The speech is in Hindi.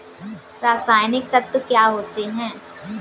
रसायनिक तत्व क्या होते हैं?